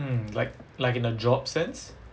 mm like like in a job sense